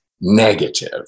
negative